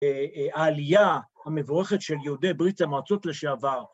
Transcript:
העלייה המבורכת של יהודי ברית המועצות לשעבר.